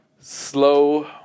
slow